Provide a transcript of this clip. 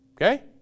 Okay